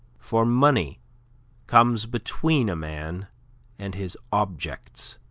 for money comes between a man and his objects,